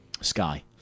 Sky